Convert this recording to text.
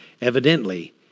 evidently